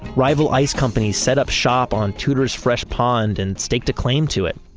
rival ice companies set up shop on tudor's fresh pond and staked to claim to it.